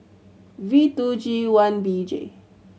V two G one B J